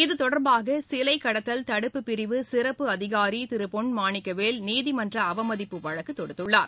இதுதொடர்பாக சிலைக் கடத்தல் தடுப்புப் பிரிவு சிறப்பு அதிகாரி திரு பொன் மாணிக்கவேல் நீதிமன்ற அவமதிப்பு வழக்கு தொடுத்துள்ளார்